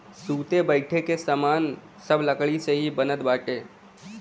सुते बईठे के सामान सब लकड़ी से ही बनत बाटे